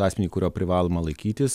asmeniui kurio privaloma laikytis